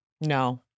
No